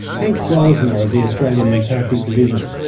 henk brolsma of the australian antarctic division.